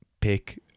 pick